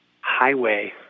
highway